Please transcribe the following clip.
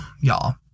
y'all